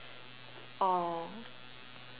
or